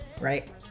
Right